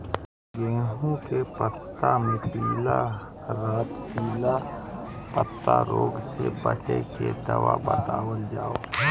गेहूँ के पता मे पिला रातपिला पतारोग से बचें के दवा बतावल जाव?